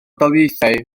daleithiau